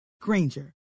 Granger